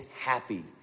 happy